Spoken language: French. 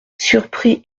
surpris